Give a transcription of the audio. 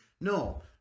no